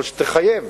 אבל שתחייב